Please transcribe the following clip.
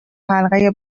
حلقه